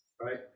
Right